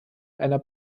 einer